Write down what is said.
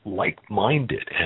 like-minded